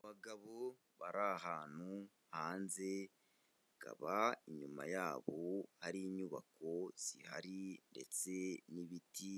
Abagabo bari ahantu hanze, bakaba inyuma yabo ari inyubako zihari ndetse n'ibiti,